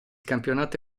campionato